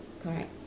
correct